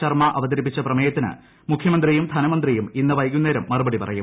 ശർമ അവതരിപ്പിച്ച പ്രമേയത്തിന് മുഖ്യമന്ത്രിയും ധനമന്ത്രിയും ഇന്ന് വൈകുന്നേരം മറുപടി പറയും